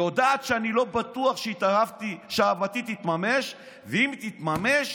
יודעת שלא בטוח שאהבתי תתממש, ואם תתממש